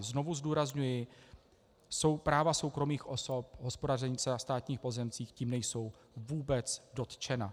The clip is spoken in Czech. Znovu zdůrazňuji, jsou práva soukromých osob, hospodaření na státních pozemcích tím nejsou vůbec dotčena.